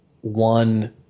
one